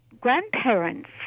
grandparents